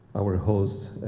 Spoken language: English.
our hosts,